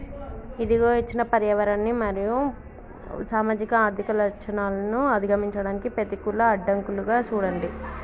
ఇదిగో ఇచ్చిన పర్యావరణ మరియు సామాజిక ఆర్థిక లచ్చణాలను అధిగమించడానికి పెతికూల అడ్డంకులుగా సూడండి